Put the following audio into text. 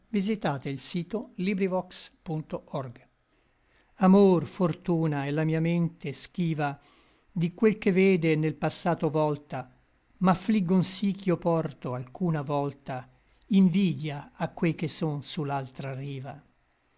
fedele amico amor fortuna et la mia mente schiva di quel che vede e nel passato volta m'affligon sí ch'io porto alcuna volta invidia a quei che son su l'altra riva